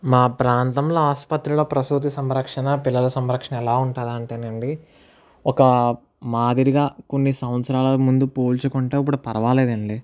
మా ప్రాంతంలో ఆసుపత్రిలో ప్రసూతి సంరక్షణ పిల్లల సంరక్షణ ఎలా ఉంటుందంటేనండి ఒక మాదిరిగా కొన్ని సంవత్సరాల ముందు పోల్చుకుంటే ఇప్పుడు పర్వాలేదండి